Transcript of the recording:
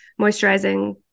moisturizing